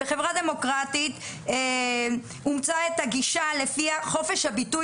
בחברה דמוקרטית אימצה את הגישה לפיה חופש הביטוי